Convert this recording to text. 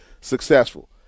successful